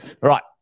Right